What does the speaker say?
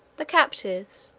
the captives,